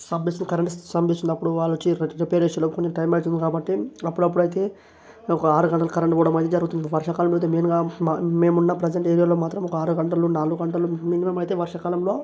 సబ్మిష current సంబిషనపుడు వాళ్ళు వచ్చి రిపేర్ చేసేలోపు కొంచెం టైమ్ అవుతుంది కాబట్టి అప్పుడప్పుడయితే ఒక ఆరు గంటలు కరెంట్ పోవడం అనేది జరుగుతుంది వర్షాకాలం అయితే మెయిన్గా మా మేము ఉన్న ప్రజెంట్ ఏరియాలో మాత్రం ఒక ఆరుగంటలు నాలుగు గంటలు మినిమం అయితే వర్షాకాలంలో